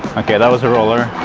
okay that was a roller.